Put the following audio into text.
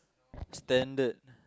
standard